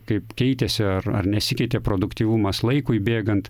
kaip keitėsi ar ar nesikeitė produktyvumas laikui bėgant